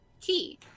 key